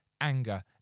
anger